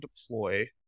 deploy